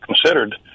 considered